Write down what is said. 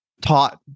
taught